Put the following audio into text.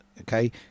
okay